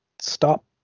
stop